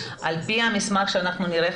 על פי המסמך שאנחנו נראה,